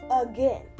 again